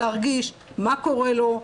להרגיש מה קורה לו,